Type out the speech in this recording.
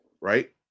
right